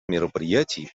мероприятий